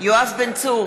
יואב בן צור,